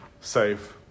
safe